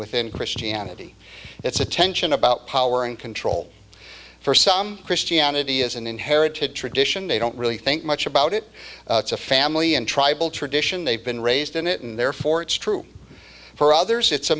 within christianity it's a tension about power and control for some christianity is an inherited tradition they don't really think much about it it's a family and tribal tradition they've been raised in it and therefore it's true for others it's a